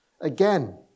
Again